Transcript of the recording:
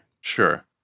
Sure